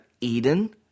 Eden